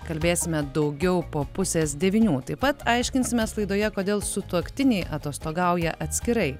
kalbėsime daugiau po pusės devynių taip pat aiškinsimės laidoje kodėl sutuoktiniai atostogauja atskirai